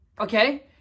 Okay